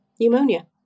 pneumonia